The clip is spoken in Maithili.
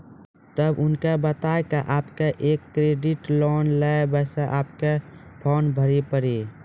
तब उनके बता के आपके के एक क्रेडिट लोन ले बसे आपके के फॉर्म भरी पड़ी?